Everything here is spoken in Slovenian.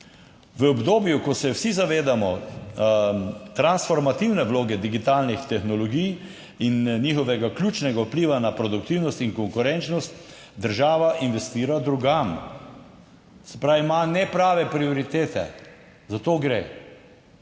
V obdobju, ko se vsi zavedamo transformativne vloge digitalnih tehnologij in njihovega ključnega vpliva na produktivnost in konkurenčnost, država investira drugam, se pravi, ima neprave prioritete, za to gre.